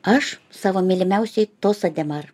aš savo mylimiausioj tosedemar